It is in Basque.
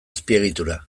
azpiegitura